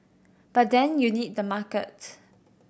but then you need the market